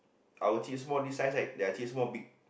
our Chipsmore this size right their Chipsmore big